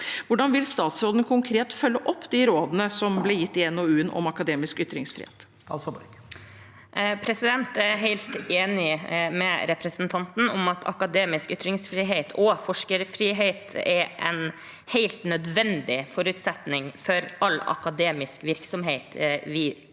Hvordan vil statsråden konkret følge opp de rådene som ble gitt i NOU-en om akademisk ytringsfrihet? Statsråd Sandra Borch Jeg er helt enig med representanten i at akademisk ytringsfrihet og forskerfrihet er en helt nødvendig forutsetning for all akademisk virksomhet som